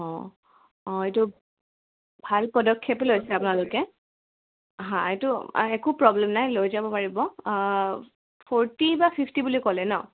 অঁ অঁ এইটো ভাল পদক্ষেপে লৈছে আপোনালোকে হাঁ এইটো একো প্ৰব্লেম নাই লৈ যাব পাৰিব ফৰটি বা ফিফটি বুলি ক'লে ন